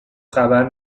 خبر